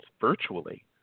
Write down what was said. virtually